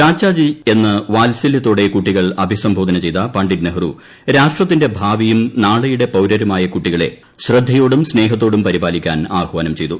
ചാച്ചാജി എന്ന് വാത്സല്യത്തോടെ കുട്ടികൾ അഭിസംബോധന ചെയ്ത പണ്ഡിറ്റ് നെഹ്റൂ രാഷ്ട്രത്തിന്റെ ഭാവിയും നാളെയുടെ പൌരരുമായ ൂകുട്ടികളെ ശ്രദ്ധയോടും സ്നേഹത്തോടും പരിപാലിക്കാൻ ട്ട് ആഹ്വാനം ചെയ്തു